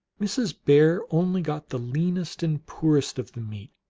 mrs. bear only got the leanest and poorest of the meat,